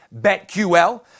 BetQL